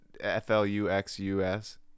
f-l-u-x-u-s